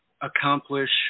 accomplish